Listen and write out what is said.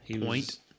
Point